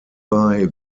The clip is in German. bei